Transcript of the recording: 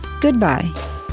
Goodbye